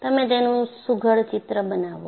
તમે તેનો સુઘડ ચિત્ર બનાવો